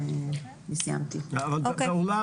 אבל בעולם,